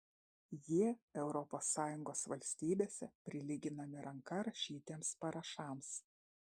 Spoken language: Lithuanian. jie europos sąjungos valstybėse prilyginami ranka rašytiems parašams